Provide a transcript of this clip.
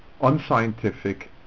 unscientific